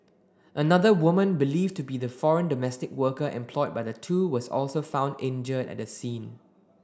another woman believed to be the foreign domestic worker employed by the two was also found injured at the scene